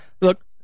Look